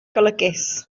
golygus